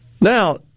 Now